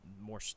more